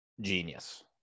genius